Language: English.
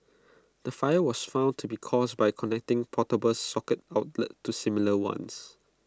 the fire was found to be caused by connecting portable socket outlets to similar ones